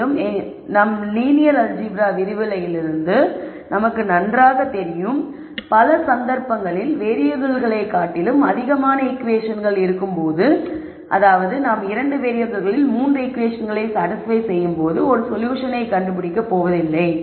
மேலும் எங்கள் linear algebra விரிவுரைகளிலிருந்து நமக்குத் தெரியும் பல சந்தர்ப்பங்களில் வேறியபிள்களைக் காட்டிலும் அதிகமான ஈகுவேஷன்கள் இருக்கும்போது நாம் 2 வேறியபிள்கள் 3 ஈகுவேஷன்களை சாடிஸ்பய் செய்யும் ஒரு சொல்யூஷனை கண்டு பிடிக்கப் போவதில்லை